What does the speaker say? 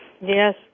Yes